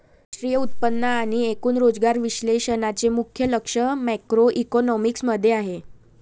राष्ट्रीय उत्पन्न आणि एकूण रोजगार विश्लेषणाचे मुख्य लक्ष मॅक्रोइकॉनॉमिक्स मध्ये आहे